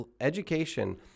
education